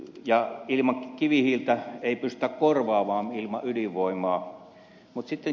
ja kivihiiltä ei pystytä korvaamaan ilman ydinvoimaa